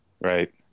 Right